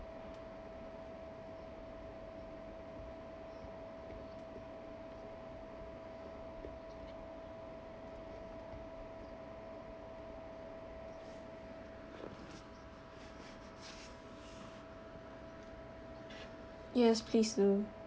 yes please do